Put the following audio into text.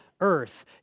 earth